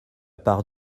part